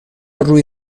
روی